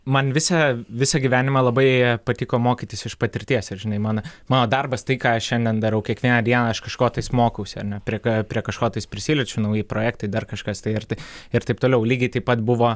man visą visą gyvenimą labai patiko mokytis iš patirties ir žinai man mano darbas tai ką aš šiandien darau kiekvieną dieną aš kažko tais mokausi ar ne prie ka prie kažko tais prisiliečiu nauji projektai dar kažkas tai ar tai ir taip toliau lygiai taip pat buvo